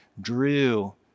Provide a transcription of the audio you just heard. Drew